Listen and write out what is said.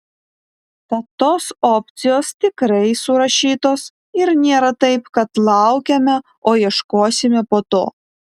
tad tos opcijos tikrai surašytos ir nėra taip kad laukiame o ieškosime po to